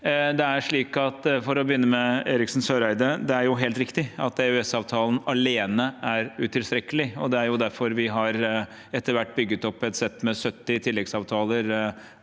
representanten Eriksen Søreide: Det er helt riktig at EØS-avtalen alene er utilstrekkelig, og det er derfor vi etter hvert har bygget opp et sett med 70 tilleggsavtaler